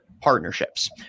partnerships